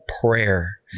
prayer